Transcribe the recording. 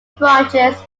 branches